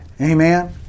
Amen